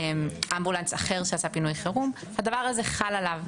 אמבולנס אחר שעשה פינוי חירום הדבר הזה חל עליו.